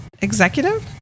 executive